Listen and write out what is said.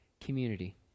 community